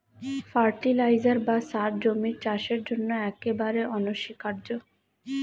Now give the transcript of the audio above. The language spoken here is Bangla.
ফার্টিলাইজার বা সার জমির চাষের জন্য একেবারে অনস্বীকার্য